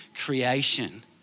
creation